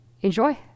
Enjoy